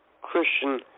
Christian